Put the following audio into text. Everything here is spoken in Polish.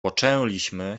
poczęliśmy